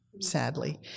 sadly